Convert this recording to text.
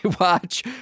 watch